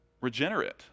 regenerate